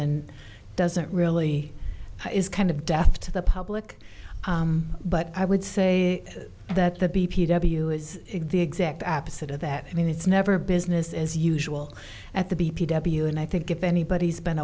and doesn't really is kind of death to the public but i would say that the b p w is the exact opposite of that i mean it's never business as usual at the b p w and i think if anybody's been